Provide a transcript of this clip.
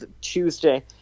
Tuesday